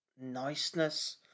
niceness